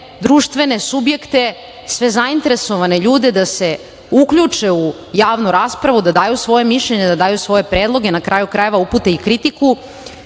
društvene subjekte, sve zainteresovane ljude da se uključe u javnu raspravu, da daju svoje mišljenje, da daju svoje predloge, na kraju krajeva, upute i kritiku